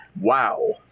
Wow